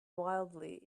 wildly